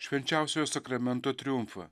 švenčiausiojo sakramento triumfą